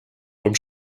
vom